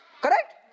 Correct